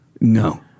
No